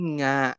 nga